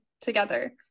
together